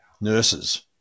nurses